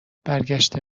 برگشته